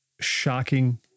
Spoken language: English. shocking